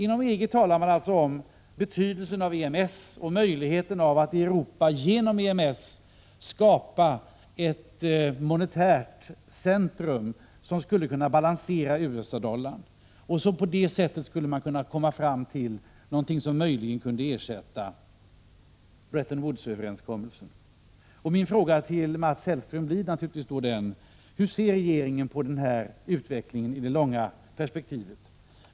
Inom EG talar man allstå om betydelsen av EMS och möjligheten av att i Europa genom EMS skapa ett monetärt system som skulle kunna balansera USA-dollarn och på det sättet åstadkomma något som möjligen kunde ersätta Bretton Woods-överenskommelsen. Min fråga till Mats Hellström blir då naturligtvis: Hur ser regeringen på den här utvecklingen i det långa perspektivet?